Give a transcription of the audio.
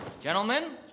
Gentlemen